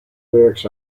lyrics